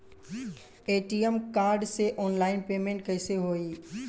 ATM card से online payment कैसे होई?